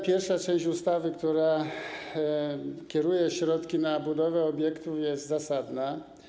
Pierwsza część ustawy, która kieruje środki na budowę obiektów, jest zasadna.